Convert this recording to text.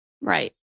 Right